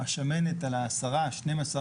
על השמנת,